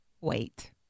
wait